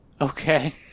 Okay